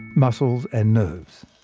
muscles and nerves.